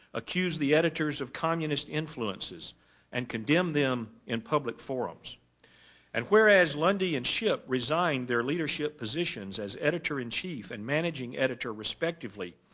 accused the editors of communist influences and condemned them in public forums and whereas lundy and shipp resigned their leadership positions as editor in chief and managing editor, respectively,